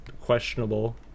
questionable